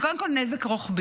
זה קודם כול נזק רוחבי,